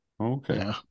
Okay